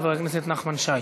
חבר הכנסת נחמן שי.